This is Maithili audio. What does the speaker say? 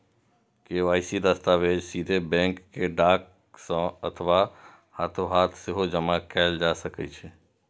के.वाई.सी दस्तावेज सीधे बैंक कें डाक सं अथवा हाथोहाथ सेहो जमा कैल जा सकै छै